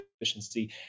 efficiency